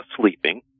sleeping